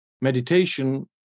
Meditation